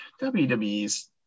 WWE's